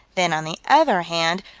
then, on the other hand,